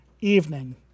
Evening